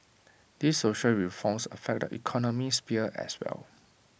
these social reforms affect the economic sphere as well